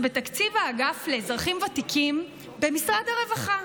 בתקציב האגף לאזרחים ותיקים במשרד הרווחה.